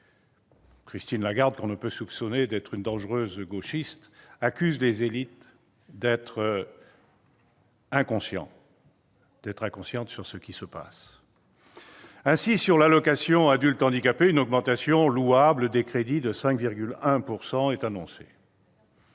Christine Lagarde, que l'on ne peut soupçonner d'être une dangereuse gauchiste, accuse les élites d'être inconscientes de ce qui se passe. Ainsi, sur l'AAH, une augmentation, louable, des crédits de 5,1 % est annoncée.